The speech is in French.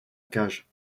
cage